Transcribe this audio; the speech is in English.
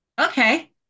Okay